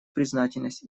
признательность